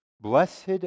Blessed